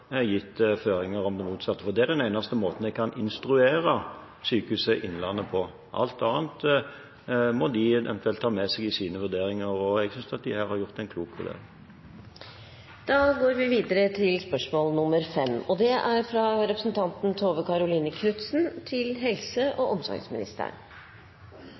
gitt føringer om det motsatte. Det er den eneste måten jeg kan instruere Sykehuset Innlandet på. Alt annet må de eventuelt ta med seg i sine vurderinger, og jeg synes de her har gjort en klok vurdering. «En studie fra Bergen viser at pasienter med psykiske lidelser lever kortere enn befolkningen for øvrig, og hovedårsaken til overdødeligheten var hjerte- og